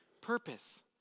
Purpose